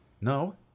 No